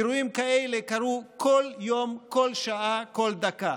אירועים כאלה קרו כל יום, כל שעה, כל דקה.